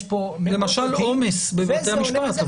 יש פה מאות עובדים -- למשל עומס בבתי המשפט,